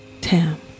Tam